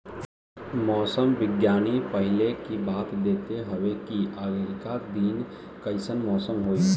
मौसम विज्ञानी पहिले ही बता देत हवे की आगिला दिने कइसन मौसम होई